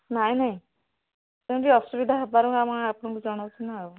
ନାହିଁ ନାହିଁ ସେମିତି ଅସୁବିଧା ହେବାରୁ ଆମେ ଆପଣଙ୍କୁ ଜଣାଉଛୁ ନା ଆଉ